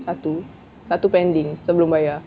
satu satu pending belum bayar